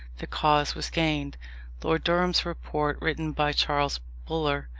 the cause was gained lord durham's report, written by charles buller,